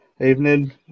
Evening